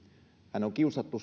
hän on kiusattu